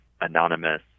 anonymous